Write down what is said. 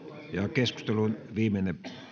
keskustelun viimeinen